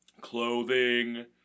clothing